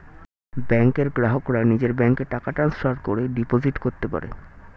ব্যাংকের গ্রাহকরা নিজের ব্যাংকে টাকা ট্রান্সফার করে ডিপোজিট করতে পারে